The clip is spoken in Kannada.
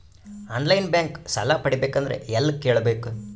ಆನ್ ಲೈನ್ ಬ್ಯಾಂಕ್ ಸಾಲ ಪಡಿಬೇಕಂದರ ಎಲ್ಲ ಕೇಳಬೇಕು?